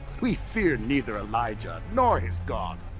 we fear neither elijah nor his god.